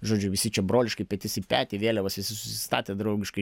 žodžiu visi čia broliškai petys į petį vėliavas visi susistatę draugiškai